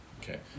okay